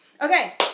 Okay